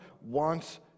wants